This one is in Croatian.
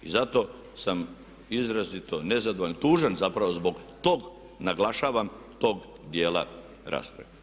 I zato sam izrazito nezadovoljan, tužan zapravo zbog tog naglašavam tog dijela rasprave.